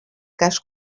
cas